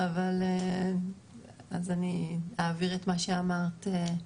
אז אני אעביר את מה שאמרת.